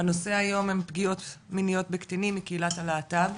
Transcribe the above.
הנושא היום הוא פגיעות מיניות בקטינים בקהילת הלהט"ב.